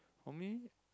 for me